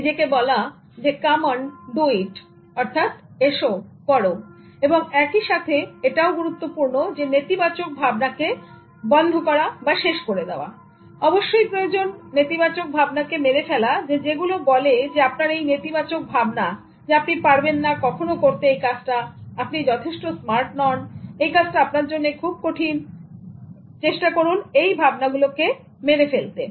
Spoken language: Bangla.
নিজেকে বলা come on do it come on do it এস করো এবং একই সাথে এটাও গুরুত্বপূর্ণ নেতিবাচক ভাবনাকে শেষ করা অবশ্যই প্রয়োজন নেতিবাচক ভাবনাকে মেরে ফেলা যেগুলো বলে আপনার এই নেতিবাচক ভাবনা আপনি পারবেন না কখনো করতে এই কাজটা আপনি যথেষ্ট স্মার্ট নন এই কাজটা আপনার জন্য খুব কঠিন সুতরাং চেষ্টা করুন এই ভাবনাগুলোকে মেরে ফেলতে